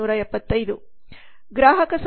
ಗ್ರಾಹಕ ಸಂರಕ್ಷಣಾ ಕಾಯ್ದೆ 1986